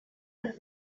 las